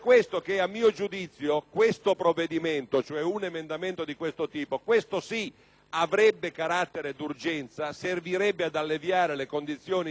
avrebbe carattere d'urgenza e servirebbe ad alleviare le condizioni di gravissima difficoltà in cui versano le imprese e mi auguro che